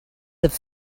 have